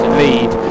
lead